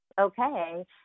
okay